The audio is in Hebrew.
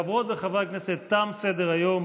חברות וחברי הכנסת, תם סדר-היום.